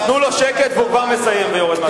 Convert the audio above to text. אז תנו לו שקט והוא כבר מסיים ויורד מהדוכן.